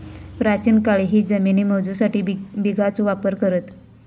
प्राचीन काळीही जमिनी मोजूसाठी बिघाचो वापर करत